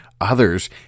Others